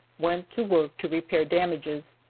went to work to repair damages.